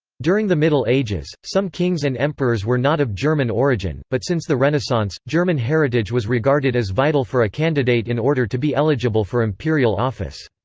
during the middle ages, some kings and emperors were not of german origin, but since the renaissance, german heritage was regarded as vital for a candidate in order to be eligible for imperial office.